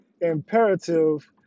imperative